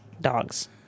dogs